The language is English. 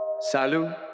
Salut